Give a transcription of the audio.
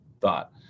thought